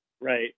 right